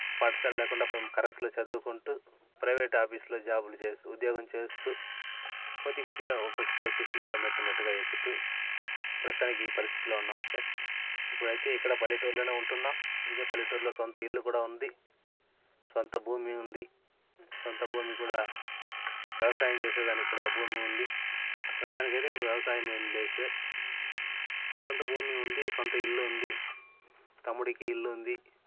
పాఠశాల లేకుండా మేము కర్రస్లో చదువుకుంటు ప్రైవేట్ ఆఫీసులో జాబులు చేస్తు ఉద్యోగం చేస్తు కొద్దికొద్దిగా ఒకొక్క పొజిషన్ గా మెట్టు మెట్టుగా ఎక్కుతు ప్రస్తుతానికి ఈ పరిస్థితిలో ఉన్నాం సార్ ఇప్పుడైతే ఇక్కడ పల్లెటూరులోనే ఉంటున్నాం ఇదే పల్లెటూర్లో సొంత ఇల్లు కూడా ఉంది సొంత భూమి ఉంది సొంత భూమి కూడా వ్యవసాయం చేసే దానికి కూడా భూమి ఉంది ప్రస్తుతానికి అయితే ఇప్పుడు వ్యవసాయం ఏమి లేదు సార్ సొంత భూమి ఉంది సొంత ఇల్లు ఉంది తమ్ముడికి ఇల్లు ఉంది